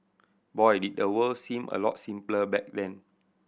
boy did the world seem a lot simpler back then